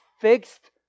fixed